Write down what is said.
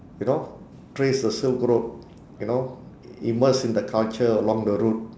you know trace the silk road you know immerse in the culture along the route